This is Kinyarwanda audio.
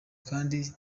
kandi